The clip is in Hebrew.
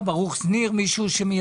בקשה.